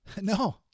No